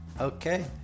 Okay